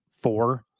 four